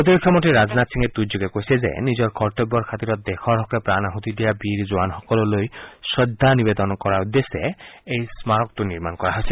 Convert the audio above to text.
প্ৰতিৰক্ষা মন্ত্ৰী ৰাজনাথ সিঙে টুইটযোগে কৈছে যে নিজৰ কৰ্তব্যৰ খাতিৰত দেশৰ হকে প্ৰাণ আছতি দিয়া বীৰ জোৱানসকললৈ শ্ৰদ্ধা নিৱেদন কৰাৰ উদ্দশ্যে এই স্মাৰকটো নিৰ্মাণ কৰা হৈছে